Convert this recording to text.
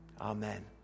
Amen